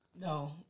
No